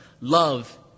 love